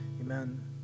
amen